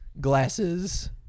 glasses